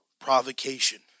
provocation